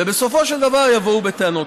ובסופו של דבר יבואו בטענות.